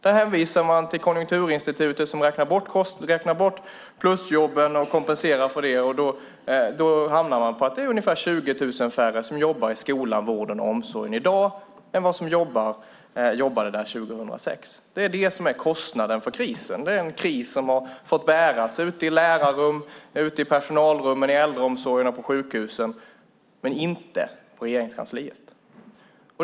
Där hänvisas till Konjunkturinstitutet, som räknar bort plusjobben och kompenserar för det och därmed hamnar på att ungefär 20 000 färre i dag jobbar i skolan, vården och omsorgen jämfört med hur många det var 2006. Det är kostnaden för krisen. Den krisen har fått bäras i lärarrummen, i personalrummen inom äldreomsorgen och på sjukhusen - men inte i Regeringskansliet.